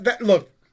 look